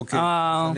בבקשה.